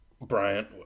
Bryant